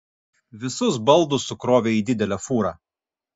visus baldus sukrovė į didelę fūrą